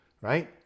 right